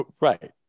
right